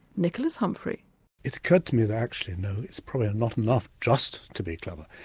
nicholas humphrey it occurred to me that actually no, it's probably and not enough just to be clever.